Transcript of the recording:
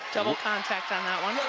double contact on that one.